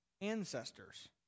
ancestors